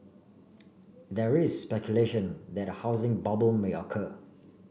there is speculation that a housing bubble may occur